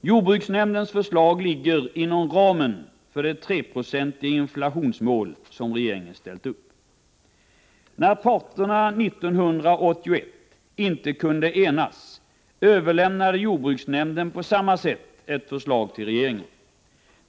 Jordbruksnämndens förslag ligger inom ramen för det 3-procentiga inflationsmål som regeringen har ställt upp. När parterna 1981 inte kunde enas, överlämnade jordbruksnämnden på samma sätt ett förslag till regeringen.